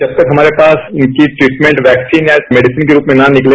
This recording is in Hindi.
जब तक हमारे पास उनकी ट्रीटमेंट वैक्सीन या मेडिसिन के रूप में न निकले